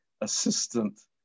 assistant